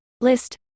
list